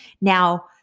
Now